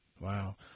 Wow